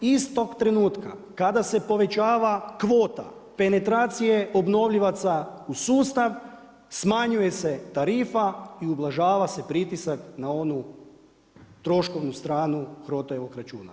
Istog trenutka kada se povećava kvota, penetracije obnovljivaca u sustav, smanjuje se tarifa i ublažava se pritisak na onu troškovnu stranu … računa.